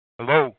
Hello